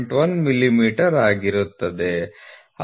1 millimetre ಆಗಿರುತ್ತದೆ